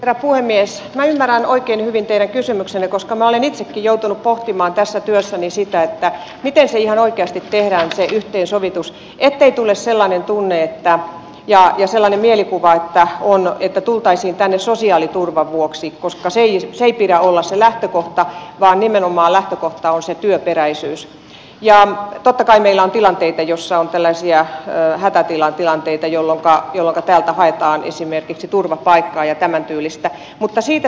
minä ymmärrän oikein hyvin teidän kysymyksenne koska minä olen itsekin joutunut pohtimaan tässä työssäni sitä miten ihan oikeasti tehdään se yhteensovitus ettei tule sellainen tunne ja sellainen mielikuva että tultaisiin tänne sosiaaliturvan vuoksi koska sen ei pidä olla se lähtökohta vaan nimenomaan lähtökohta on se työperäisyys totta kai meillä on tilanteita joissa on tällaisia hätätilatilanteita jolloinka täältä haetaan esimerkiksi turvapaikkaa ja tämäntyylistä